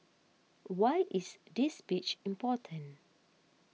why is this speech important